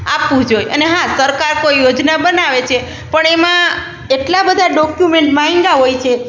આપવું જોઈએ અને હા સરકાર કોઈ યોજના બનાવે છે પણ એમાં એટલા બધા ડોક્યુમેન્ટ માંગ્યા હોય છે